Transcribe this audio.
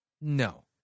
No